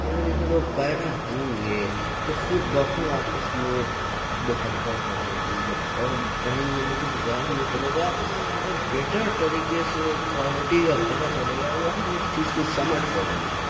پڑھے لکھے لوگ پیدا ہوں گے تو خود بخود آپس میں محبت بڑھے گی جب پڑھ پڑھیں گے لکھیں گے تو ذہن بھی کھلے گا اور بیٹر طریقے سے کوالٹی کا پتہ چلے گا وہ ہر ایک چیز کو سمجھ سکیں گے